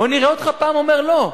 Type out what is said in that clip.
בוא ונראה אותך פעם אומר לא.